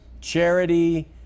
charity